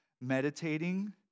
meditating